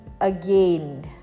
again